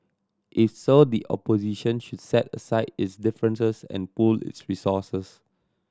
if so the opposition should set aside its differences and pool its resources